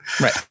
Right